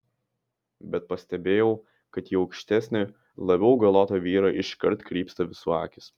bet pastebėjau kad į aukštesnį labiau augalotą vyrą iškart krypsta visų akys